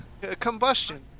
Combustion